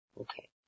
Okay